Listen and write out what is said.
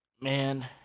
Man